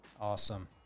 Awesome